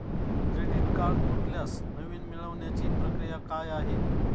Credit card तुटल्यास नवीन मिळवण्याची प्रक्रिया काय आहे?